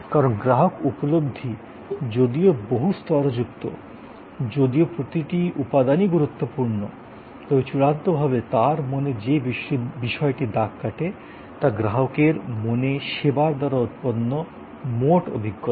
কারণ গ্রাহক উপলব্ধি যদিও বহু স্তরযুক্ত যদিও প্রতিটি উপাদানই গুরুত্বপূর্ণ তবে চূড়ান্তভাবে তার মনে যে বিষয়টি দাগ কাটে তা গ্রাহকের মনে সেবার দ্বারা উৎপন্ন মোট অভিজ্ঞতা